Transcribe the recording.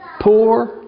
poor